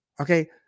okay